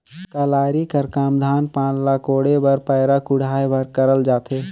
कलारी कर काम धान पान ल कोड़े बर पैरा कुढ़ाए बर करल जाथे